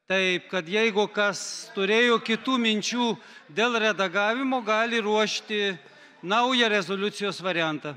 taip kad jeigu kas turėjo kitų minčių dėl redagavimo gali ruošti naują rezoliucijos variantą